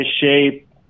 shape